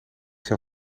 zou